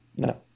No